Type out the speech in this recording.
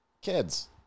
kids